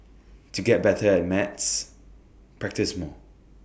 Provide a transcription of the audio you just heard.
to get better at maths practise more